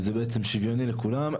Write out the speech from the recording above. וזה בעצם שוויוני לכולם,